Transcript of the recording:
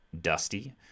dusty